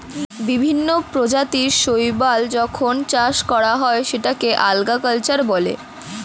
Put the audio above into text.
বিভিন্ন প্রজাতির শৈবাল যখন চাষ করা হয় সেটাকে আল্গা কালচার বলে